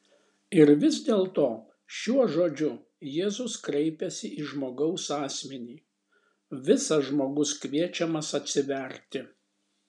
ir vis dėlto šiuo žodžiu jėzus kreipiasi į žmogaus asmenį visas žmogus kviečiamas atsiverti